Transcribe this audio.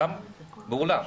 גם בכל העולם.